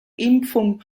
impfung